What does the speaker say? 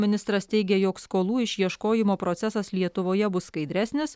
ministras teigė jog skolų išieškojimo procesas lietuvoje bus skaidresnis